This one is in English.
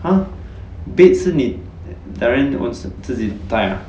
!huh! beds 是你 darren own self 自己带 ah